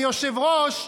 היושב-ראש,